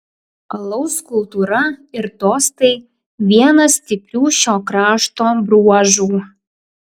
alaus kultūra ir tostai vienas stiprių šio krašto bruožų